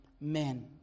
men